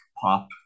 pop